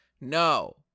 No